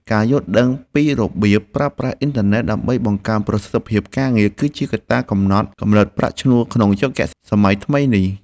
ការយល់ដឹងពីរបៀបប្រើប្រាស់អ៊ីនធឺណិតដើម្បីបង្កើនប្រសិទ្ធភាពការងារ គឺជាកត្តាកំណត់កម្រិតប្រាក់ឈ្នួលក្នុងយុគសម័យថ្មីនេះ។